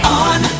on